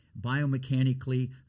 Biomechanically